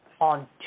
on